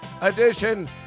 edition